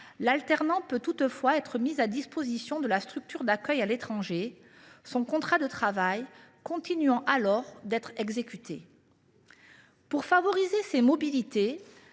l’alternant peut toutefois être mis à disposition de la structure d’accueil à l’étranger, son contrat de travail continuant alors d’être exécuté. Pour favoriser ces mobilités,